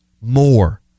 more